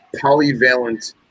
polyvalent